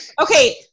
okay